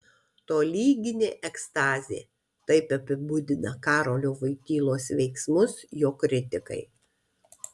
tolyginė ekstazė taip apibūdina karolio voitylos veiksmus jo kritikai